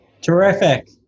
Terrific